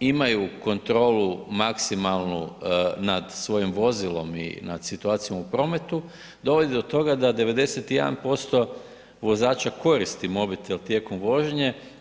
imaju kontrolu maksimalnu nad svojim vozilom i nad situacijom u prometu dovodi do toga da 91% vozača koristi mobitel tijekom vožnje.